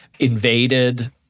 invaded